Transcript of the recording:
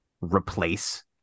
replace